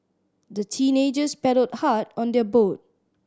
the teenagers paddled hard on their boat